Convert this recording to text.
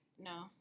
No